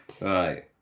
Right